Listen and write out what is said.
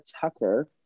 Tucker